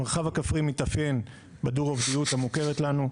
המרחב הכפרי מתאפיין בדו רוחביות המוכרת לנו,